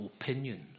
opinions